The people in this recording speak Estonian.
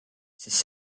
sest